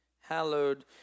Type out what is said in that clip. hallowed